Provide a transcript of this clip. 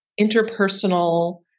interpersonal